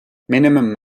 minimum